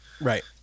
Right